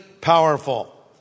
powerful